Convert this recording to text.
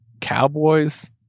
Cowboys